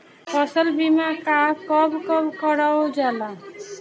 फसल बीमा का कब कब करव जाला?